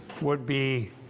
would-be